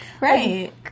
Right